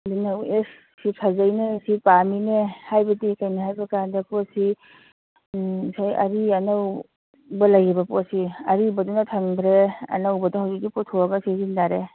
ꯑꯗꯨꯅꯕꯨ ꯏꯁ ꯁꯤ ꯐꯖꯩꯅꯦ ꯁꯤ ꯄꯥꯝꯃꯤꯅꯦ ꯍꯥꯏꯕꯗꯤ ꯀꯩꯅꯣ ꯍꯥꯏꯕꯀꯥꯟꯗ ꯄꯣꯠꯁꯤ ꯑꯩꯈꯣꯏ ꯑꯔꯤ ꯑꯅꯧꯗ ꯂꯩꯕ ꯄꯣꯠꯁꯤ ꯑꯔꯤꯕꯗꯨꯅ ꯐꯪꯗ꯭ꯔꯦ ꯑꯅꯧꯕꯗꯨ ꯍꯧꯖꯤꯛꯇꯤ ꯄꯨꯊꯣꯛꯑꯒ ꯁꯤꯖꯤꯟꯅꯔꯦ